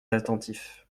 attentif